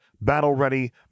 battle-ready